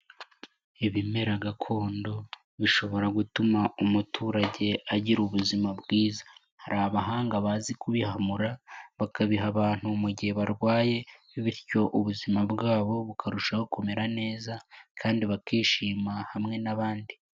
Ibimera gakondo, bishobora gutuma umuturage agira ubuzima bwiza. Hari abahanga bazi kubihamura bakabiha abantu mu gihe barwaye bityo ubuzima bwabo bukarushaho kumera neza kandi bakishima hamwe n'abandi.